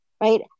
right